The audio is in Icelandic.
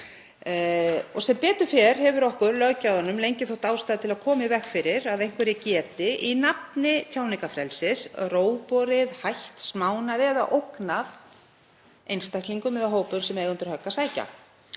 og sem betur fer hefur okkur, löggjafanum, lengi þótt ástæða til að koma í veg fyrir að einhverjir geti í nafni tjáningarfrelsis rógborið, hætt, smánað eða ógnað einstaklingum eða hópum sem eiga undir högg að sækja.